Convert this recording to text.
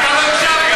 אתה לא הקשבת.